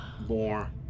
more